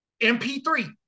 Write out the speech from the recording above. MP3